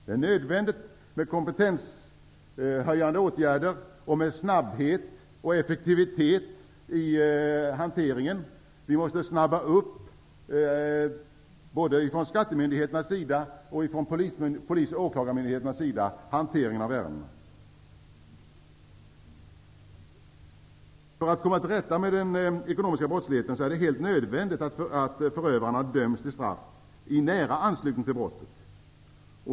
Det är nödvändigt med kompetenshöjande åtgärder, snabbhet och effektivitet i hanteringen. Såväl skattemyndigheterna som polis och åklagare måste snabba upp hanteringen av ärendena. För att komma till rätta med den ekonomiska brottsligheten är det helt nödvändigt att förövarna döms till straff i nära anslutning till brottet.